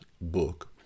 book